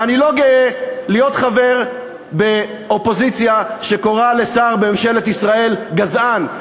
ואני לא גאה להיות חבר באופוזיציה שקוראת לשר בממשלת ישראל "גזען".